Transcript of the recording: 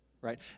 right